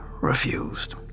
refused